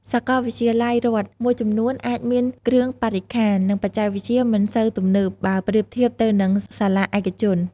សាកលវិទ្យាល័យរដ្ឋមួយចំនួនអាចមានគ្រឿងបរិក្ខារ និងបច្ចេកវិទ្យាមិនសូវទំនើបបើប្រៀបធៀបទៅនឹងសាលាឯកជន។